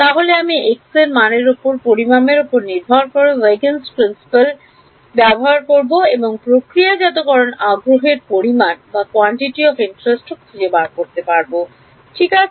তাহলে আমি x এর মানের পরিমাপের উপর নির্ভর করে Huygens Principle ব্যবহার করতে পারব এবং প্রক্রিয়াজাতকরণ আগ্রহের পরিমাণ ও খুঁজে বার করতে পারবো ঠিক আছে